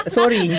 Sorry